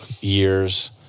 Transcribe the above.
years